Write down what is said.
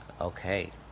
Okay